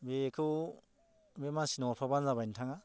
बेखौ बे मानसिनो हरफाबानो जाबाय नोंथाङा